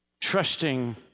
trusting